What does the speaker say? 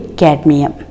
cadmium